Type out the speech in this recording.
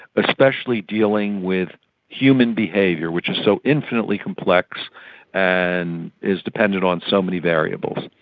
especially dealing with human behaviour which is so infinitely complex and is dependent on so many variables.